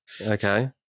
Okay